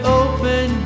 open